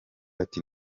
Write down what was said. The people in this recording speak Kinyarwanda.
ati